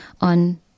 on